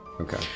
Okay